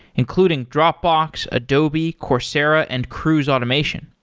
including dropbox, adobe, coursera and cruise automation.